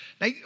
Now